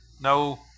No